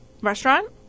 restaurant